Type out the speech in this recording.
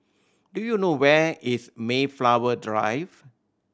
do you know where is Mayflower Drive